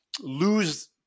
lose